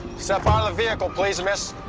step out of the vehicle, please, miss.